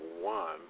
one